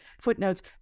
footnotes